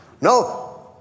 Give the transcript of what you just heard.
No